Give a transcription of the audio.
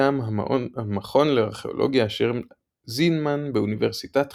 מטעם המכון לארכאולוגיה ע"ש זינמן באוניברסיטת חיפה.